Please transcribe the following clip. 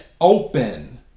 open